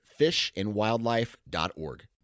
fishandwildlife.org